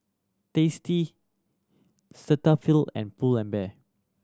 Tasty Cetaphil and Pull and Bear